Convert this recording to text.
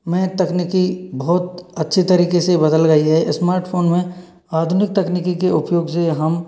में तकनीकी बहुत अच्छी तरीके से बदल गई है स्मार्टफ़ोन में आधुनिक तकनीकी के उपयोग से हम